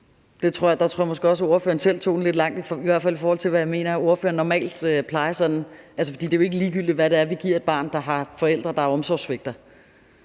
Der tror jeg måske også, at ordføreren selv gik lidt for langt, i hvert fald i forhold til hvad jeg mener at ordføreren normalt sådan plejer. For det er jo ikke ligegyldigt, hvad vi giver et barn, der har forældre, der omsorgssvigter;